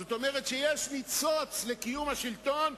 זאת אומרת שיש ניצוץ לקיום השלטון,